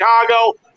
Chicago